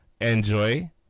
Enjoy